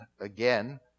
Again